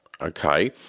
Okay